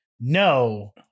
No